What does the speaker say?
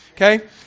okay